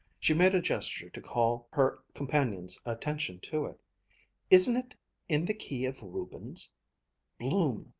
she made a gesture to call her companions' attention to it isn't it in the key of rubens bloom,